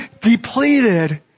depleted